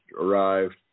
arrived